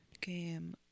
Game